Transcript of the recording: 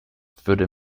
würde